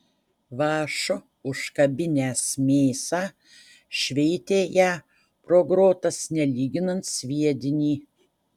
vąšu užkabinęs mėsą šveitė ją pro grotas nelyginant sviedinį